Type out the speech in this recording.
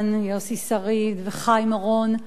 יוסי שריד וחיים אורון,